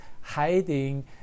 hiding